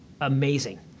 amazing